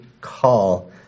call